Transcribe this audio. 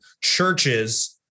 churches